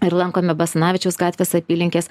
ir lankome basanavičiaus gatvės apylinkes